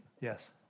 yes